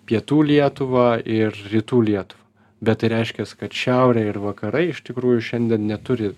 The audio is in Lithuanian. pietų lietuvą ir rytų lietuvą bet tai reiškias kad šiaurė ir vakarai iš tikrųjų šiandien neturi